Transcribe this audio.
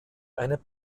eine